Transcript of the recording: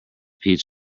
peach